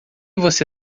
você